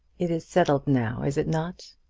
it is settled now is it not?